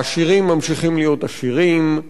העשירים ממשיכים להיות עשירים,